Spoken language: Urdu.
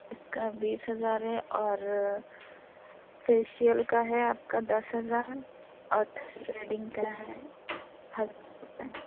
اس کا بیس ہزار ہے اور فیشیل کا ہے آپ کا دس ہزار اور تھریڈنگ کا ہے ہزار روپیے